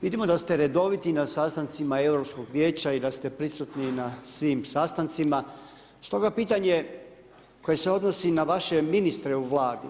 Vidimo da ste redoviti na sastancima Europskog vijeća i da ste prisutni na svim sastancima, stoga pitanje koje se odnosi na vaše ministre u Vladi.